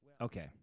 okay